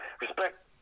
respect